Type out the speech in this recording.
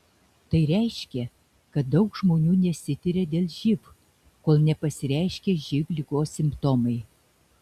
tai reiškia kad daug žmonių nesitiria dėl živ kol nepasireiškia živ ligos simptomai